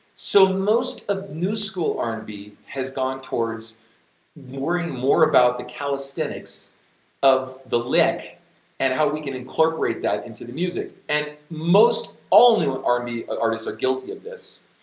so, most of new school r and b has gone towards worrying more about the calisthenics of the lick and how we can incorporate that into the music and most all new r and b ah artists are guilty of this,